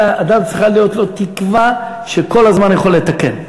אלא לאדם צריכה להיות תקווה שכל הזמן יכול לתקן.